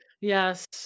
Yes